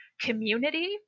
community